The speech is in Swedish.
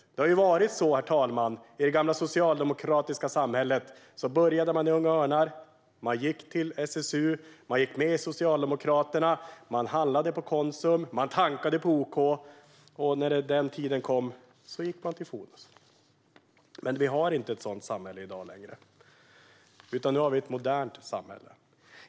I det gamla socialdemokratiska samhället var det så, herr talman, att man började i Unga Örnar, gick till SSU, gick med i Socialdemokraterna, handlade på Konsum, tankade på OK och, när den tiden kom, gick till Fonus. Men i dag har vi inte ett sådant samhälle längre, utan nu har vi ett modernt samhälle.